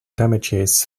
damages